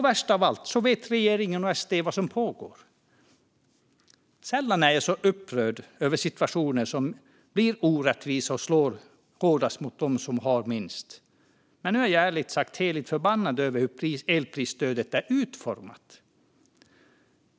Värst av allt är att regeringen och SD vet vad som pågår. Sällan är jag så upprörd över situationer som blir orättvisa och slår hårdast mot dem som har minst som jag är nu. Jag är ärligt sagt heligt förbannad över hur elprisstödet är utformat.